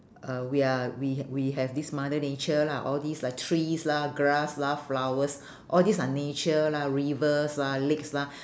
uh we are we h~ we have this mother nature lah all this lah trees lah grass lah flowers all these are nature lah rivers lah lakes lah